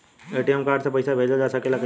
ATM card से पइसा भेजल जा सकेला कइसे?